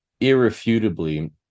irrefutably